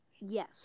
Yes